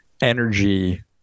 Energy